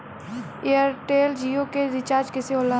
Airtel Jio के recharge कैसे होला?